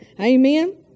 Amen